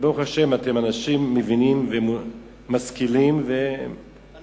וברוך השם אתם אנשים מבינים ומשכילים ומבינים,